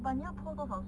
but 你要脱多少水